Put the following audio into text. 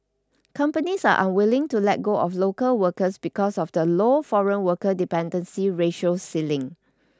companies are unwilling to let go of local workers because of the low foreign worker dependency ratio ceiling